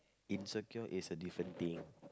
insecure is a different thing